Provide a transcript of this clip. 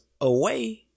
away